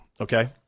okay